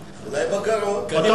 תגיד, מה עם שר האוצר?